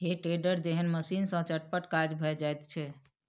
हे टेडर जेहन मशीन सँ चटपट काज भए जाइत छै